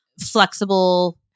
Flexible